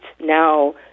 now